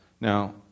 Now